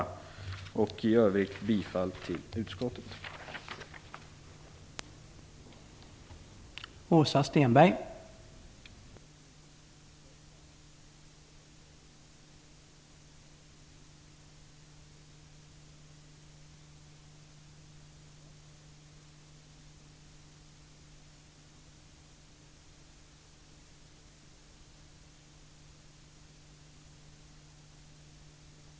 I övrigt yrkar jag bifall till utskottets hemställan.